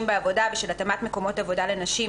בעבודה ושל התאמת מקומות עבודה לנשים,